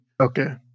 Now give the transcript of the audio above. Okay